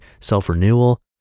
self-renewal